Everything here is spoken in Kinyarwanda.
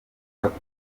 gufata